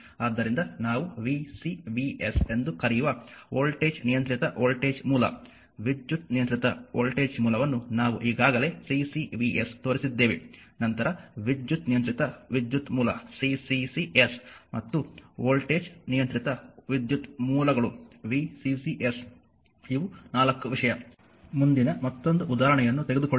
ಆದ್ದರಿಂದ ನಾವು VCVS ಎಂದು ಕರೆಯುವ ವೋಲ್ಟೇಜ್ ನಿಯಂತ್ರಿತ ವೋಲ್ಟೇಜ್ ಮೂಲ ವಿದ್ಯುತ್ ನಿಯಂತ್ರಿತ ವೋಲ್ಟೇಜ್ ಮೂಲವನ್ನು ನಾವು ಈಗಾಗಲೇ CCVS ತೋರಿಸಿದ್ದೇವೆ ನಂತರ ವಿದ್ಯುತ್ ನಿಯಂತ್ರಿತ ವಿದ್ಯುತ್ ಮೂಲ CCCS ಮತ್ತು ವೋಲ್ಟೇಜ್ ನಿಯಂತ್ರಿತ ವಿದ್ಯುತ್ ಮೂಲಗಳು VCCS ಇವು 4 ವಿಷಯ ಮುಂದಿನ ಮತ್ತೊಂದು ಉದಾಹರಣೆಯನ್ನು ತೆಗೆದುಕೊಳ್ಳುವ